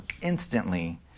instantly